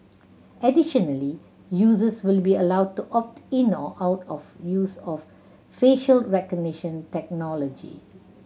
additionally users will be allowed to opt in or out of use of facial recognition technology